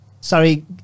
Sorry